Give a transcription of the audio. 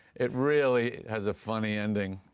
it really has a funny ending.